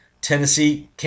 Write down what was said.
Tennessee